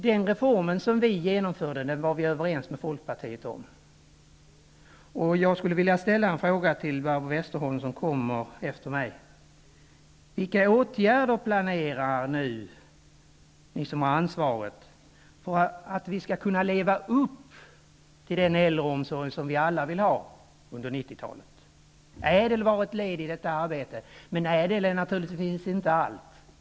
Den reform som vi genomförde var vi överens med folkpartiet om, och jag skulle vilja ställa en fråga till Barbro Westerholm, som skall tala efter mig: Vilka åtgärder planerar ni som har ansvaret för att man skall kunna leva upp till den äldreomsorg som vi alla vill ha under 90-talet? ÄDEL var ett led i detta arbete, men ÄDEL är naturligtvis inte allt.